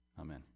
Amen